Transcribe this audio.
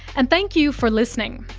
and thank you for listening.